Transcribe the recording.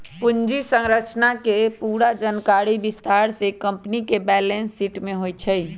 पूंजी संरचना के पूरा जानकारी विस्तार से कम्पनी के बैलेंस शीट में होई छई